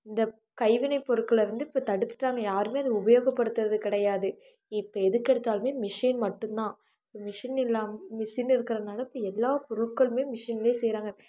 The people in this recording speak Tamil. இந்த கைவினைப்பொருட்களை வந்து இப்போ தடுத்துட்டாங்க யாருமே இதை உபயோகப்படுத்துகிறது கிடையாது இப்போ எதுக்கு எடுத்தாலுமே மிஷின் மட்டும்தான் இப்போ மிஷின் இல்லை மிஷின் இருக்கிறனால இப்போ எல்லா பொருட்களுமே மிஷின்லையே செய்கிறாங்க